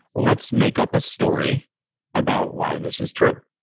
let's make up a story about why this is true,